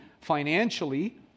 financially